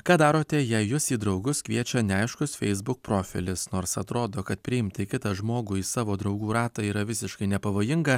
ką darote jei jus į draugus kviečia neaiškus facebook profilis nors atrodo kad priimti kitą žmogų į savo draugų ratą yra visiškai nepavojinga